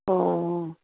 অঁ